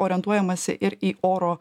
orientuojamasi ir į oro